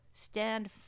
Stand